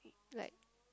like